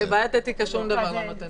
לבעיית אתיקה שום דבר לא נותן תשובה.